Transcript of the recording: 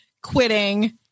quitting